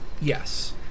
Yes